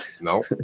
No